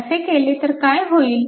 असे केले तर काय होईल